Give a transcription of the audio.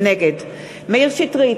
נגד מאיר שטרית,